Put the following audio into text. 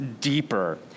deeper